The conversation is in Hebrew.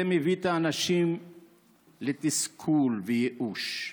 זה מביא את האנשים לתסכול וייאוש.